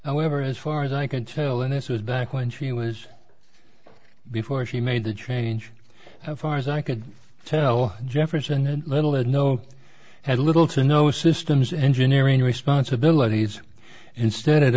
however as far as i can tell and this was back when she was before she made the change far as i could tell jefferson and little had no i had little to no systems engineering responsibilities instead it